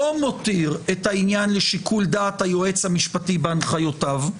מותיר את העניין לשיקול דעת היועץ המשפטי בהנחיותיו,